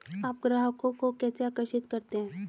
आप ग्राहकों को कैसे आकर्षित करते हैं?